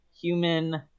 human